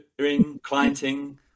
clienting